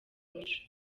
mico